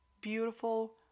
Beautiful